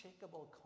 unshakable